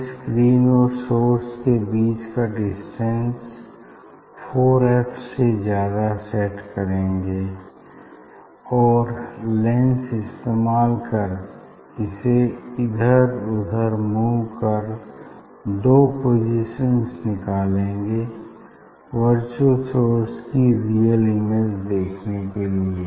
हम स्क्रीन और सोर्स के बीच का डिस्टेंस फॉर एफ से ज्यादा सेट करेंगे और लेंस इस्तेमाल कर इसे इधर उधर मूव कर दो पोसिशन्स निकालेंगे वर्चुअल सोर्सेज की रियल इमेज देखने के लिए